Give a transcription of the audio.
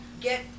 get